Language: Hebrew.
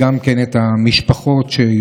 סוף-סוף יצא מכרז, היו חריקות איתו,